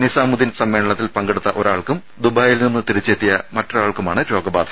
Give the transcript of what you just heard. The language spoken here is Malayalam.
നിസാമുദീൻ സമ്മേളനത്തിൽ പങ്കെടുത്ത ഒരാൾക്കും ദുബായിൽ നിന്ന് തിരിച്ചെത്തിയ ഒരാൾക്കുമാണ് രോഗബാധ